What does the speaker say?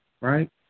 right